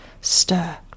Stir